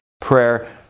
prayer